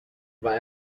war